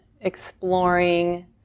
exploring